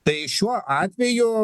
tai šiuo atveju